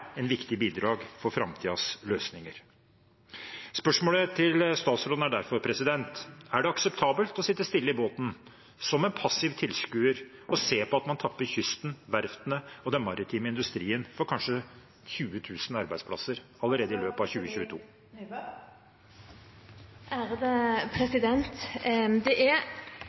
viktig bidrag for framtidens løsninger. Spørsmålet til statsråden er derfor: Er det akseptabelt å sitte stille i båten som en passiv tilskuer og se på at man tapper kysten, verftene og den maritime industrien for kanskje 20 000 arbeidsplasser allerede i løpet i 2022? Det er